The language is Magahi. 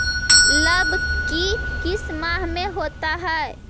लव की किस माह में होता है?